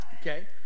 okay